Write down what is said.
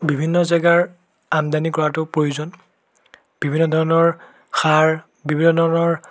বিভিন্ন জেগাৰ আমদানি কৰাটো প্ৰয়োজন বিভিন্ন ধৰণৰ সাৰ বিভিন্ন ধৰণৰ